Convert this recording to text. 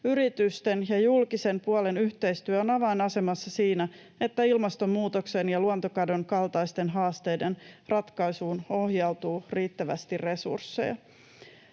Yritysten ja julkisen puolen yhteistyö on avainasemassa siinä, että ilmastonmuutoksen ja luontokadon kaltaisten haasteiden ratkaisuun ohjautuu riittävästi resursseja.